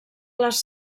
les